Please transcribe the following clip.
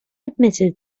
admitted